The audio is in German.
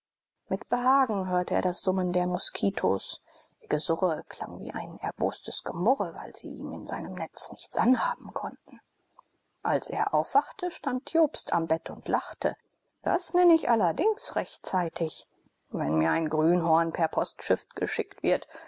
mit behagen hörte er das summen der moskitos ihr gesurre klang wie ein erbostes gemurre weil sie ihm in seinem netz nichts anhaben konnten als er aufwachte stand jobst am bett und lachte das nenne ich allerdings rechtzeitig wenn mir ein grünhorn per postschiff geschickt wird